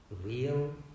real